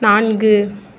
நான்கு